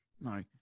No